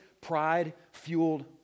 pride-fueled